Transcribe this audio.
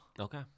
Okay